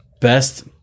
best